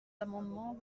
amendement